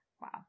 Wow